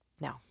no